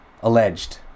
alleged